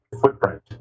footprint